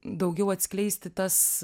daugiau atskleisti tas